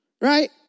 Right